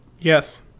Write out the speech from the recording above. Yes